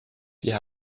wir